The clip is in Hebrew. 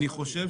אני חושב